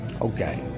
Okay